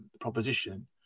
proposition